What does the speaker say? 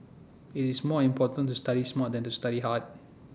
IT is more important to study smart than to study hard